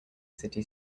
city